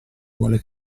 vuole